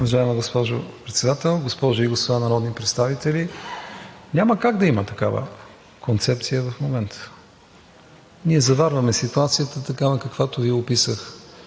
Уважаема госпожо Председател, госпожи и господа народни представители! Няма как да има такава концепция в момента. Ние заварваме ситуацията такава, каквато Ви я описах.